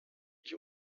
ich